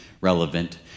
Relevant